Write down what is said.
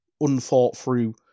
unthought-through